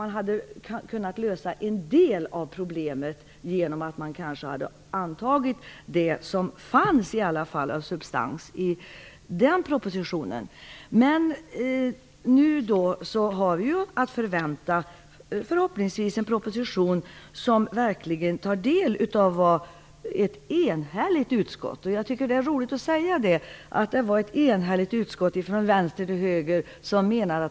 Man hade nämligen kunnat lösa en del av problemet om man hade antagit det som fanns av substans i den propositionen. Nu har vi förhoppningsvis en proposition att förvänta där man verkligen har tagit del av vad ett enhälligt utskott tyckte var viktigt. Vi ville ha upp frågan på regeringens och riksdagens bord så snart som möjligt.